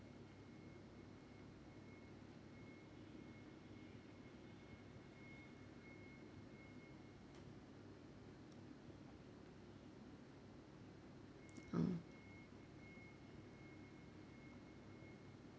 oh